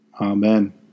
Amen